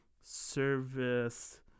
service